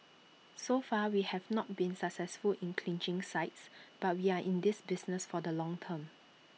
so far we have not been successful in clinching sites but we are in this business for the long term